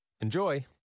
Enjoy